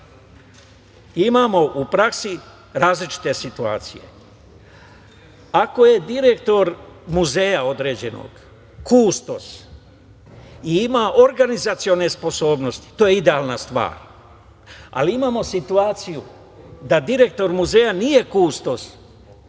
imamo različite situacije. Ako je direktor određenog muzeja kustos i ima organizacione sposobnosti, to je idealna stvar. Ali, imamo situaciju da direktor muzeja nije kustos